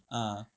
ah